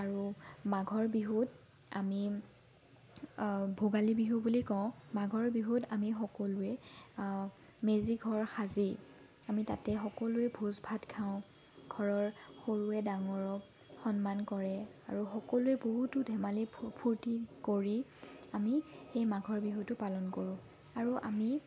আৰু মাঘৰ বিহুত আমি ভোগালী বিহু বুলি কওঁ মাঘৰ বিহুত আমি সকলোৱে মেজিঘৰ সাজি আমি তাতে সকলোৱে ভোজ ভাত খাওঁ ঘৰৰ সৰুৱে ডাঙৰক সন্মান কৰে আৰু সকলোৱে বহুতো ধেমালি ফূৰ্ত্তি কৰি আমি এই মাঘৰ বিহুটো পালন কৰোঁ আৰু আমি